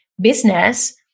business